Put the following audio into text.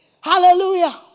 Hallelujah